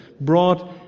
brought